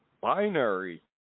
binary